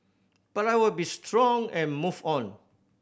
but I will be strong and move on